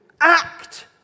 act